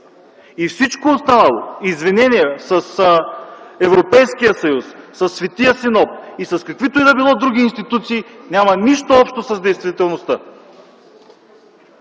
Всичко останало – извинения с Европейския съюз, със Светия Синод и с каквито и да било други институции няма нищо общо с действителността.